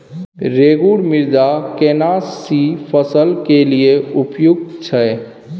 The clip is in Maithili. रेगुर मृदा केना सी फसल के लिये उपयुक्त छै?